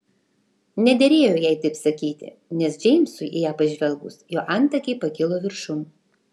nederėjo jai taip sakyti nes džeimsui į ją pažvelgus jo antakiai pakilo viršun